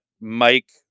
Mike